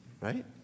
Right